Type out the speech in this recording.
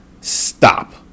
Stop